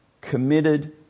committed